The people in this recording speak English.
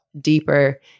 deeper